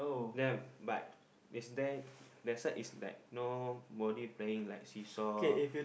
there but is there that side is like nobody playing like seesaw